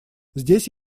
здесь